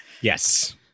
yes